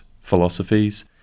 philosophies